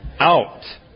out